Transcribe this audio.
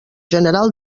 general